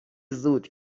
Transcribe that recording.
زود